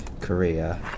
Korea